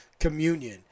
Communion